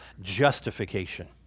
justification